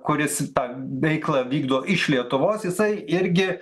kuris tą veiklą vykdo iš lietuvos jisai irgi